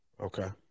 okay